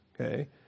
okay